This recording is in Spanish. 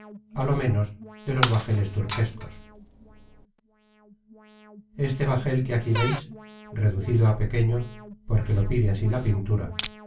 á lo ménos de los bajeles turquescos este bajel que aquí veis reducido á pequeño porque lo pide así la pintura